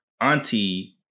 auntie